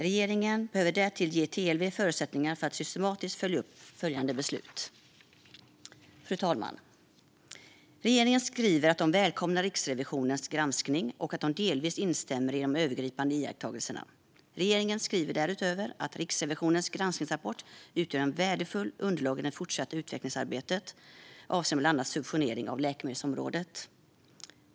Regeringen behöver därtill ge TLV förutsättningar att systematiskt följa upp fattade beslut. Fru talman! Regeringen skriver att man välkomnar Riksrevisionens granskning och att man delvis instämmer i de övergripande iakttagelserna. Regeringen skriver därutöver att Riksrevisionens granskningsrapport utgör ett värdefullt underlag i det fortsatta utvecklingsarbetet avseende bland annat subventionering på läkemedelsområdet.